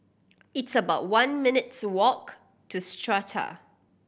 it's about one minutes' walk to Strata